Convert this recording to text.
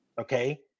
okay